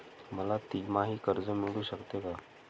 मला तिमाही कर्ज मिळू शकते का?